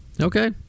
Okay